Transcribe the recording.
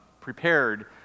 prepared